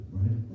right